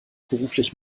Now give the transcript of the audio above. beruflich